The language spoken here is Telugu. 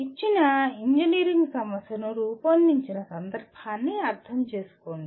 ఇచ్చిన ఇంజనీరింగ్ సమస్యను రూపొందించిన సందర్భాన్ని అర్థం చేసుకోండి